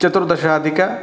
चतुर्दशाधिक